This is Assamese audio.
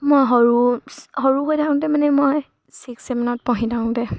মই সৰু সৰু হৈ থাকোঁতে মানে মই ছিক্স ছেভেনত পঢ়ি থাকোঁতে